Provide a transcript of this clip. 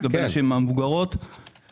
תקנו אותי אם אני טועה,